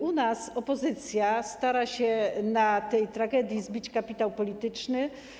U nas opozycja stara się na tej tragedii zbić kapitał polityczny.